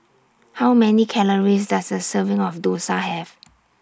How Many Calories Does A Serving of Dosa Have